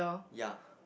yeah